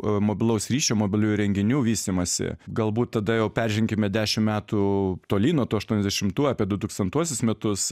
mobilaus ryšio mobiliųjų įrenginių vystymąsi galbūt tada jau perženkime dešimt metų tolyn nuo tų aštuoniasdešimtų apie du tūkstantuosius metus